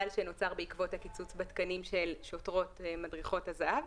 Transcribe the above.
שנוצר בעקבות הקיצוץ בתקנים של שוטרות מדריכות הזה"ב,